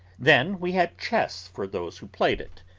then, we had chess for those who played it,